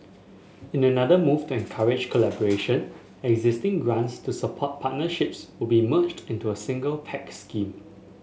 in another move to encourage collaboration existing grants to support partnerships will be merged into a single Pact scheme